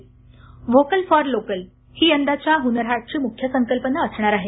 vocal for local ही यंदाच्या हुनर हाटची मुख्य संकल्पना असणार आहे